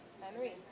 Henry